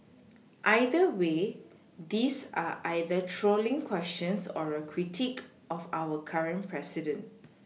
either way these are either trolling questions or a critique of our current president